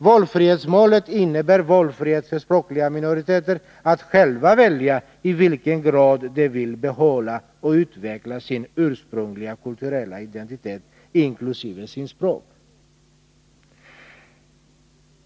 Valfrihetsmålet innebär valfrihet för språkliga minoriteter att själva välja, i vilken grad de vill behålla och utveckla sin ursprungliga kulturella identitet inkl. sitt språk.